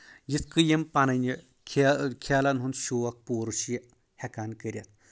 یِتھ کٔنۍ یِم پنٕنۍ کھیلن ہُنٛد شوق پوٗرٕ چھُ یہِ ہؠکان کٔرِتھ